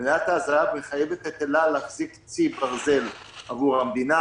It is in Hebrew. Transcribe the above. מניית הזהב מחייבת את אל-על להחזיק צי ברזל עבור המדינה,